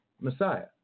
Messiah